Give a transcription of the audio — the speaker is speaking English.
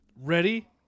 Ready